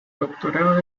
doctorado